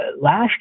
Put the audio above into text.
last